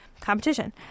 competition